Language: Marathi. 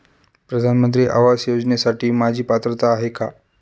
प्रधानमंत्री आवास योजनेसाठी माझी पात्रता आहे का?